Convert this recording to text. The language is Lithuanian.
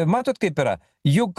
matot kaip yra juk